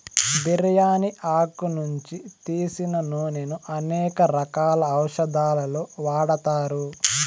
బిర్యాని ఆకు నుంచి తీసిన నూనెను అనేక రకాల ఔషదాలలో వాడతారు